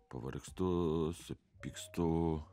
pavargstu supykstu